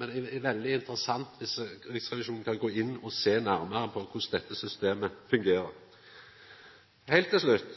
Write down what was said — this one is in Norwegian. men det er veldig interessant om Riksrevisjonen kan gå inn og sjå nærare på korleis dette systemet fungerer. Heilt til slutt